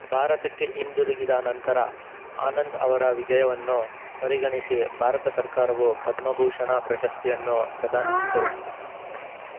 ಭಾರತಕ್ಕೆ ಹಿಂದಿರುಗಿದ ನಂತರ ಆನಂದ್ ಅವರ ವಿಜಯವನ್ನು ಪರಿಗಣಿಸಿ ಭಾರತ ಸರ್ಕಾರವು ಪದ್ಮಭೂಷಣ ಪ್ರಶಸ್ತಿಯನ್ನು ಪ್ರಧಾನಿಸಿತು